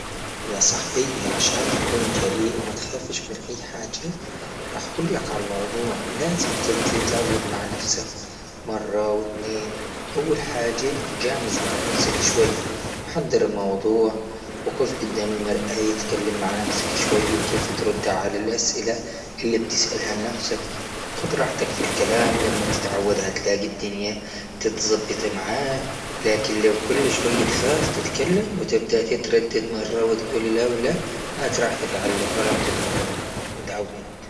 يا صاحبي عشان تكون جريء وما تخافوش من أي حاجة، حكلك على الموضوع لازم كان تبدي تعود مع نفسك مرة وإثننين.، أول حاجة جامز مع نفسك شوي وحضر الموضوع وقف قدام المرء تلكلم مع نفسك شوية وكيف تردي على الأسئلة اللي بتسأل عن نفسك، خد راحتك في الكلام لما تتعود هتلاقي الدنيا تتزبطي معك، لكن لو كل شوية تخاف تتكلم وتبدأ تتردد مرة وتقول لا ولا ما راح تتعلف ولا بتدفع وتعود.